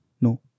no